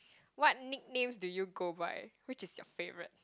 what nicknames do you go by which is your favourite